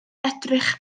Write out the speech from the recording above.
edrych